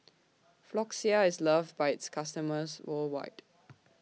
Floxia IS loved By its customers worldwide